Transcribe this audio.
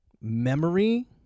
memory